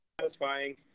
satisfying